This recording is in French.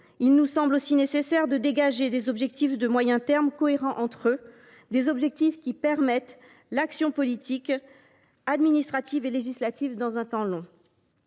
Il nous semble aussi nécessaire de dégager des objectifs de moyen terme cohérents entre eux, des objectifs qui permettent d’inscrire l’action politique, administrative et législative dans le temps long.